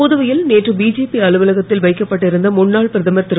புதுவையில் நேற்று பிஜேபி அலுவலகத்தில் வைக்கப்பட்டிருந்த முன்னாள் பிரதமர் திரு